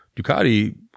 Ducati